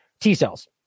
T-cells